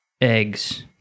Eggs